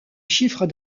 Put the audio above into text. chiffre